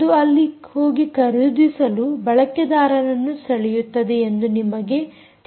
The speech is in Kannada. ಅದು ಅಲ್ಲಿ ಹೋಗಿ ಖರೀದಿಸಲು ಬಳಕೆದಾರರನ್ನು ಸೆಳೆಯುತ್ತದೆ ಎಂದು ನಿಮಗೆ ತಿಳಿದಿದೆ